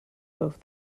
both